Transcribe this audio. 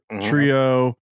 trio